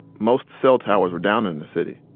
most cell towers were down in the city.